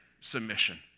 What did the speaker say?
submission